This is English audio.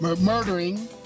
murdering